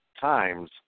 Times